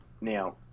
Now